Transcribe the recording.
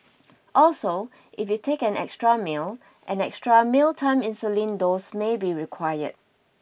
also if you take an extra meal an extra mealtime insulin dose may be required